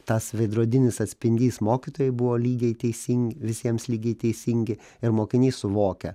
tas veidrodinis atspindys mokytojai buvo lygiai teisingi visiems lygiai teisingi ir mokinys suvokia